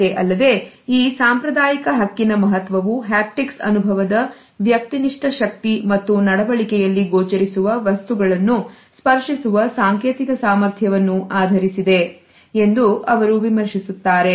ಅಷ್ಟೇ ಅಲ್ಲದೆ ಈ ಸಾಂಪ್ರದಾಯಿಕ ಹಕ್ಕಿನ ಮಹತ್ವವುಹ್ಯಾಪ್ಟಿಕ್ಸ್ಅನುಭವದ ವ್ಯಕ್ತಿನಿಷ್ಠ ಶಕ್ತಿ ಮತ್ತು ನಡವಳಿಕೆಯಲ್ಲಿ ಗೋಚರಿಸುವ ವಸ್ತುಗಳನ್ನು ಸ್ಪರ್ಶಿಸುವ ಸಾಂಕೇತಿಕ ಸಾಮರ್ಥ್ಯವನ್ನು ಆಧರಿಸಿದೆ ಎಂದು ಅವರು ವಿಮರ್ಶಿಸುತ್ತಾರೆ